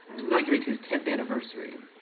to inaugurate his tenth anniversary,